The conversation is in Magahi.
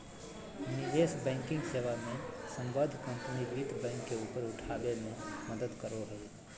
निवेश बैंकिंग सेवा मे सम्बद्ध कम्पनी वित्त बैंक के ऊपर उठाबे मे मदद करो हय